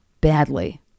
badly